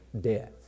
death